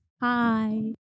Hi